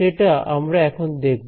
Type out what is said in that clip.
সেটা আমরা এখন দেখব